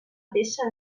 peça